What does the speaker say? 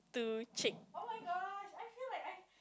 two chick